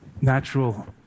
natural